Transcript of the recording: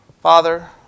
Father